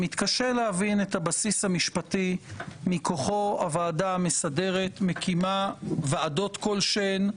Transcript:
מתקשה להבין את הבסיס המשפטי מכוחו הוועדה המסדרת מקימה ועדות כלשהן,